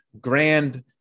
grand